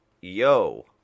yo